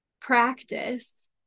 practice